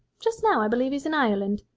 just now i believe he's in ireland.